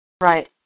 Right